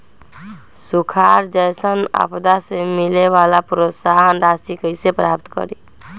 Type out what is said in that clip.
सुखार जैसन आपदा से मिले वाला प्रोत्साहन राशि कईसे प्राप्त करी?